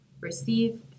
receive